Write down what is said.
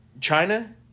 China –